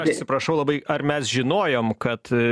atsiprašau labai ar mes žinojom kad